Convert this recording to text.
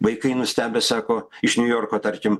vaikai nustebę sako iš niujorko tarkim